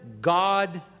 God